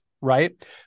right